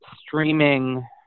streaming